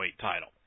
title